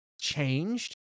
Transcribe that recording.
changed